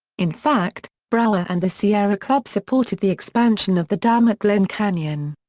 in fact, brower and the sierra club supported the expansion of the dam at glen canyon.